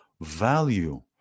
value